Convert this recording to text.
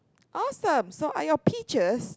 awesome so are your peaches